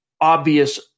obvious